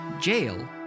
jail